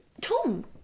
Tom